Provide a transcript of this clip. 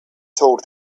told